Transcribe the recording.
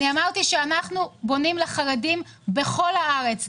אמרתי שאנחנו בונים לחרדים בכל הארץ,